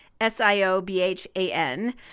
S-I-O-B-H-A-N